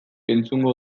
entzungo